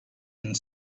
and